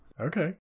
Okay